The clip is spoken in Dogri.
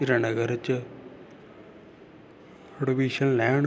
हीरानगर च अडमिशन लैन